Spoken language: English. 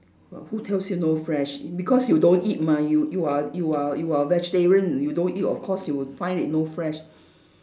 w~ who tells you no fresh because you don't eat [ma] you you are you are you are vegetarian you don't eat of course you will find it no fresh